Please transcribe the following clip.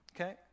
Okay